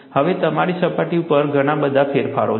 હવે તમારી સપાટી ઉપર ઘણા બધા ફેરફારો છે